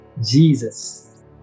Jesus